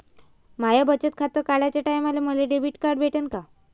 माय बचत खातं काढाच्या टायमाले मले डेबिट कार्ड भेटन का?